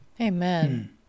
amen